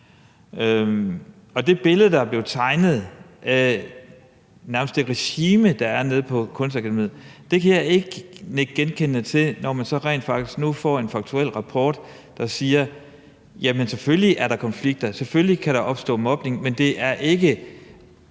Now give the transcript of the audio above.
det billede, der er blevet tegnet nærmest af et regime, der er på Kunstakademiet, kan jeg ikke nikke genkendende til, når man så rent faktisk nu får en faktuel rapport, der siger, at selvfølgelig er der konflikter, og selvfølgelig kan der opstå mobning, men at det ikke